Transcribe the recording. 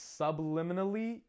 subliminally